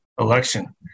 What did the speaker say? election